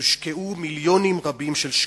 יושקעו מיליונים רבים של שקלים,